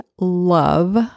love